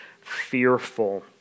fearful